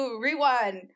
rewind